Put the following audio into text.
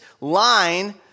line